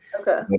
Okay